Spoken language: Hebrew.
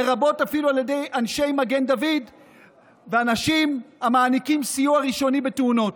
לרבות אפילו על ידי אנשי מגן דוד ואנשים המעניקים סיוע ראשוני בתאונות.